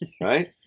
right